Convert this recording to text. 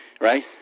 Right